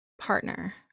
partner